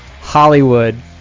hollywood